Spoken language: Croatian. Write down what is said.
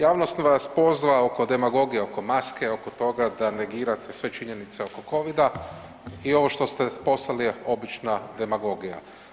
Javnost vas pozna oko demagogije oko maske, oko toga da negirate sve činjenice oko Covida i ovo što ste poslali je obična demagogija.